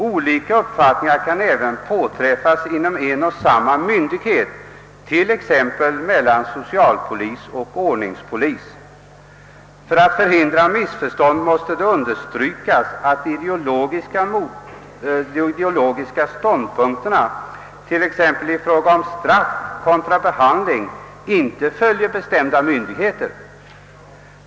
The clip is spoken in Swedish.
Olika uppfattningar kan även påträffas inom en och samma myndighet, t.ex. mellan socialpolis och ordningspolis. För att förhindra missförstånd måste det understrykas, att de ideologiska ståndpunkterna t.ex. i fråga om straff contra behandling inte följer bestämda myndigheter.